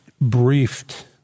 briefed